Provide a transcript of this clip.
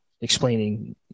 explaining